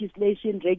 legislation